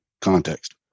context